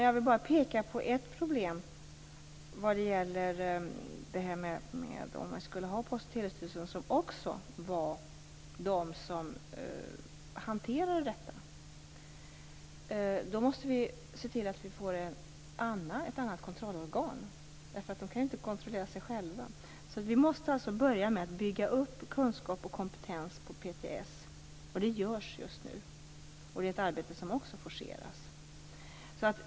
Jag vill bara peka på ett problem som gäller om Post och telestyrelsen också skulle vara den som hanterade detta. Då måste vi se till att vi får ett annat kontrollorgan, för man kan ju inte kontrollera sig själv. Vi måste alltså börja med att bygga upp kunskap och kompetens på Post och telestyrelsen och det görs just nu. Det är ett arbete som också forceras.